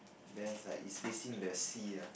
then is like is facing the sea ah